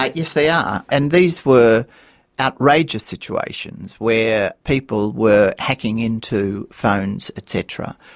but yes they are, and these were outrageous situations where people were hacking into phones, et cetera,